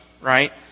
right